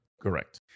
Correct